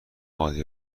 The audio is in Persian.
قالی